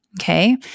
Okay